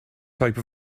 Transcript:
type